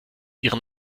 ihren